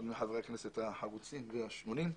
אחד מחברי הכנסת החרוצים והשנונים,